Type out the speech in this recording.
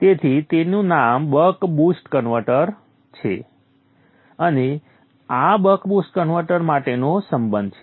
તેથી તેનું નામ બક બુસ્ટ કન્વર્ટર છે અને આ બક બુસ્ટ કન્વર્ટર માટેનો સંબંધ છે